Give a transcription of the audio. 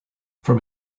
from